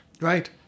Right